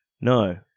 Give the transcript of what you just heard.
No